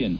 N